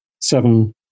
seven